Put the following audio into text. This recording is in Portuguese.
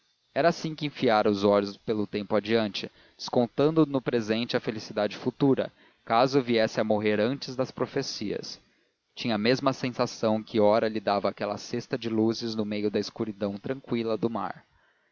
era assim que enfiara os olhos pelo tempo adiante descontando no presente a felicidade futura caso viesse a morrer antes das profecias tinha a mesma sensação que ora lhe dava aquela cesta de luzes no meio da escuridão tranquila do mar